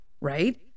right